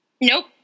nope